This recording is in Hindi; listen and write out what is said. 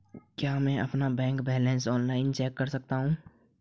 क्या मैं अपना बैंक बैलेंस ऑनलाइन चेक कर सकता हूँ?